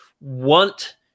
want